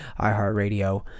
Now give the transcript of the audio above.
iHeartRadio